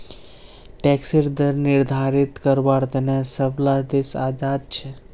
टैक्सेर दर निर्धारित कारवार तने सब ला देश आज़ाद छे